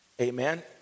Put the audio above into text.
amen